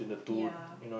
ya